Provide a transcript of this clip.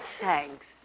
thanks